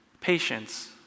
Patience